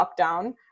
lockdown